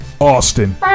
Austin